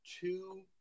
two